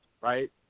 right